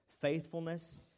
faithfulness